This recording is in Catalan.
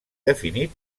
definit